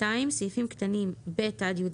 סעיפים קטנים (ב) עד (יא)